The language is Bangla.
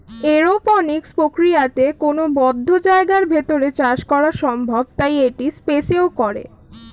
এরওপনিক্স প্রক্রিয়াতে কোনো বদ্ধ জায়গার ভেতর চাষ করা সম্ভব তাই এটি স্পেসেও করে